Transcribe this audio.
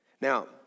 Now